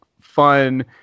fun